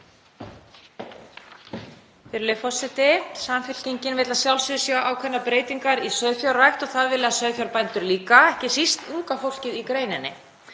Virðulegur forseti. Samfylkingin vill að sjálfsögðu sjá ákveðnar breytingar í sauðfjárrækt og það vilja sauðfjárbændur líka, ekki síst unga fólkið í greininni.